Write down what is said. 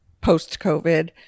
post-COVID